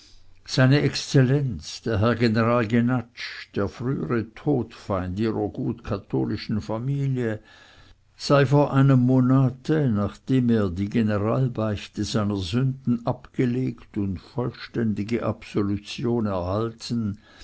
seine exzellenz der herr general jenatsch der frühere todfeind ihrer gut katholischen familie sei vor einem monate nachdem er die generalbeichte seiner sünden abgelegt und vollständige absolution erhalten